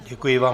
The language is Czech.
Děkuji vám.